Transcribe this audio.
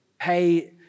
pay